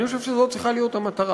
אני חושב שזאת צריכה להיות המטרה.